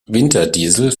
winterdiesel